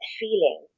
feeling